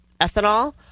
Ethanol